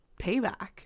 payback